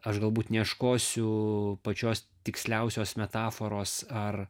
aš galbūt neieškosiu pačios tiksliausios metaforos ar